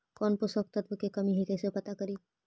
कौन पोषक तत्ब के कमी है कैसे पता करि?